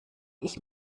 ich